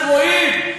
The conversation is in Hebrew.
הם רואים.